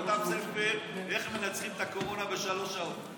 כתב ספר איך מנצחים את הקורונה בשלוש שעות,